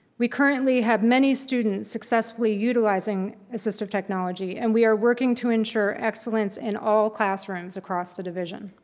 we currently have many students successfully utilizing assistive technology and we are working to ensure excellence in all classrooms across the division.